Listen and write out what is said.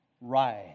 rise